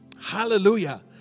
Hallelujah